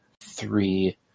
three